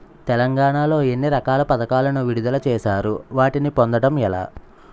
తెలంగాణ లో ఎన్ని రకాల పథకాలను విడుదల చేశారు? వాటిని పొందడం ఎలా?